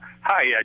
Hi